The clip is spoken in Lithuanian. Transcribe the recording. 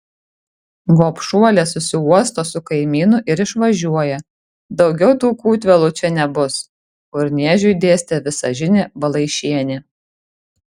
gobšuolė susiuosto su kaimynu ir išvažiuoja daugiau tų kūtvėlų čia nebus urniežiui dėstė visažinė balaišienė